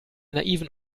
naiven